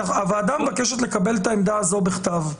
הוועדה מבקשת לקבל את העמדה הזו בכתב.